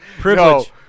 Privilege